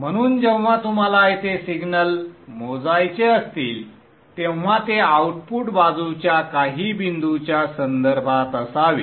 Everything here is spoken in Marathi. म्हणून जेव्हा तुम्हाला येथे सिग्नल मोजायचे असतील तेव्हा ते आउटपुट बाजूच्या काही बिंदूच्या संदर्भात असावे